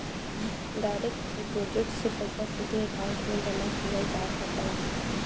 direct deposit से पइसा सीधे अकांउट में जमा किहल जा सकला